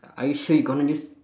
are you sure you gonna use